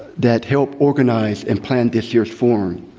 that helped organize and plan this year's forum.